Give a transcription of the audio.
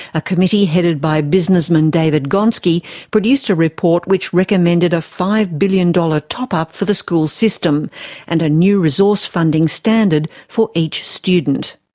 a committee headed by businessman david gonski produced a report which recommended a five billion dollars top-up for the school system and a new resource funding standard for each student.